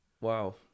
Wow